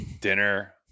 Dinner